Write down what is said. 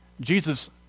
Jesus